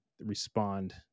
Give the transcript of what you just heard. respond